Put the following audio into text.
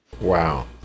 Wow